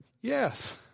Yes